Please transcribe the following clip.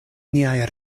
niaj